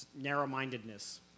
narrow-mindedness